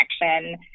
connection